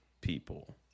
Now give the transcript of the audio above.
people